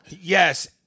Yes